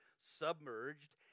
submerged